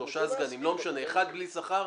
שלושה סגנים, לא משנה, אחד בלי שכר,